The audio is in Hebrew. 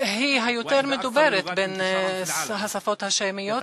והיא היותר-מדוברת בין השפות השמיות.